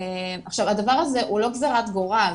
הדבר הזה הוא לא גזירת גורל.